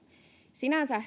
sinänsä